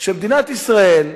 שמדינת ישראל,